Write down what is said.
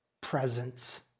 presence